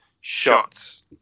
Shots